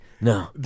no